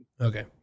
Okay